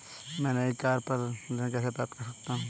मैं नई कार पर ऋण कैसे प्राप्त कर सकता हूँ?